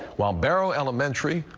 while barrow elementary,